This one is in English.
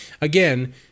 again